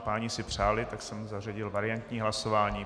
Páni si přáli, tak jsem zařadil variantní hlasování.